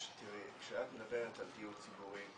כשאת מדברת על דיור ציבורי,